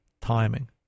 timing